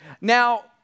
Now